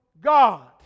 God